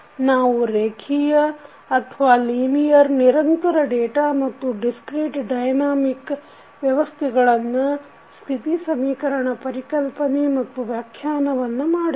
ನಾವು ರೇಖಿಯ ನಿರಂತರ ಡೇಟಾ ಮತ್ತು ಡಿಸ್ಕ್ರೀಟ್ ಡಯನಾಮಿಕ್ ವ್ಯವಸ್ಥೆಗಳನ್ನು ಸ್ಥಿತಿ ಸಮೀಕರಣ ಪರಿಕಲ್ಪನೆ ಮತ್ತು ವ್ಯಾಖ್ಯಾನವನ್ನು ಮಾಡಿದೆವು